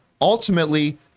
ultimately